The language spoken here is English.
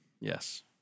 Yes